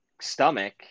stomach